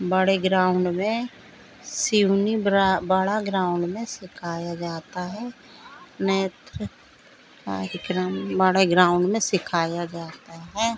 बड़े ग्राउन्ड में सिवनी बड़े ग्राउन्ड में सिखाया जाता है नेत्र कार्यक्रम बड़े ग्राउन्ड में सिखाया जाता है